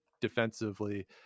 defensively